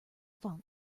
font